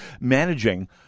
managing